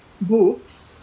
books